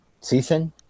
Season